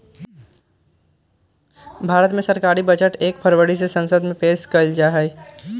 भारत मे सरकारी बजट एक फरवरी के संसद मे पेश कइल जाहई